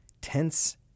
Tense